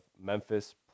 Memphis